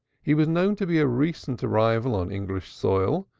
he was known to be a recent arrival on english soil,